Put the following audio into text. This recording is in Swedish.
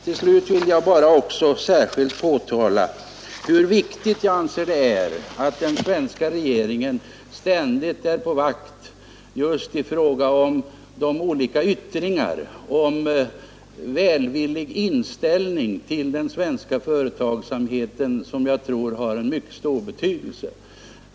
Till slut vill jag bara särskilt framhålla hur viktigt det är att den svenska regeringen ständigt är på vakt just i fråga om olika yttringar av en ej välvillig inställning till den svenska företagsamheten som förekommer.